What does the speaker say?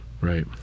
right